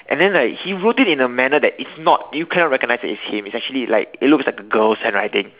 and then like he wrote it in a manner that it's not you cannot recognise that it's him it's actually like it looks like a girl's handwriting